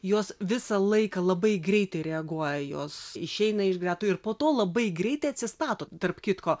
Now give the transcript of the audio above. jos visą laiką labai greitai reaguoja jos išeina iš gretų ir po to labai greitai atsistato tarp kitko